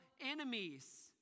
enemies